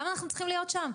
למה אנחנו צריכים להיות שם?